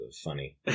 funny